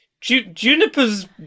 Juniper's